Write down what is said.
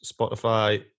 Spotify